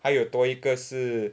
还有多一个是